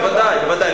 בוודאי, בוודאי.